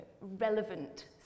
relevant